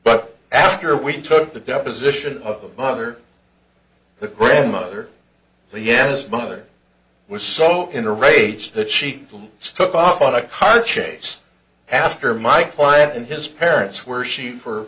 but after we took the deposition of mother the grandmother yes mother was so enraged the cheap stuff on a car chase after my client and his parents were she for